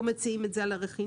כאן מציעים את זה על הרכינוע.